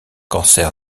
cancer